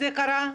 זה קרה?